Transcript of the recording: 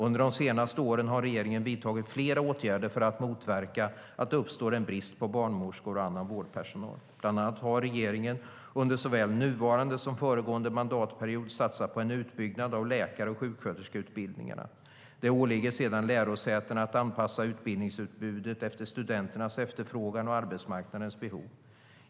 Under de senaste åren har regeringen vidtagit flera åtgärder för att motverka att det uppstår en brist på barnmorskor och annan vårdpersonal. Bland annat har regeringen, under såväl nuvarande som föregående mandatperiod, satsat på en utbyggnad av läkar och sjuksköterskeutbildningarna. Det åligger sedan lärosätena att anpassa utbildningsutbudet efter studenternas efterfrågan och arbetsmarknadens behov.